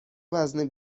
وزن